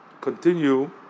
continue